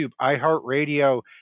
iHeartRadio